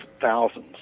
thousands